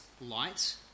light